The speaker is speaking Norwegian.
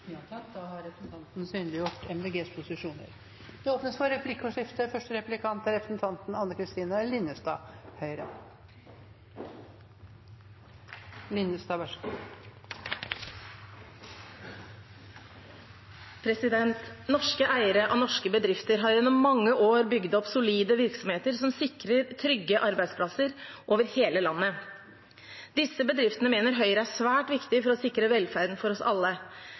Det blir replikkordskifte. Norske eiere og norske bedrifter har gjennom mange år bygd opp solide virksomheter som sikrer trygge arbeidsplasser over hele landet. Disse bedriftene mener Høyre er svært viktige for å sikre velferden for oss alle.